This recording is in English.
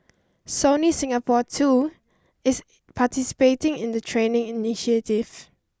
Sony Singapore too is participating in the training initiative